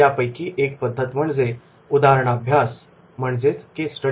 त्यापैकी एक पद्धत म्हणजे उदाहरणाभ्यास case study केस स्टडी